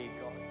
God